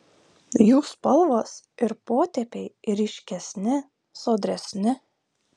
jų spalvos ir potėpiai ryškesni sodresni